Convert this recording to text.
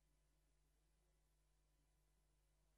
תת-אלוף במילואים